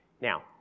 Now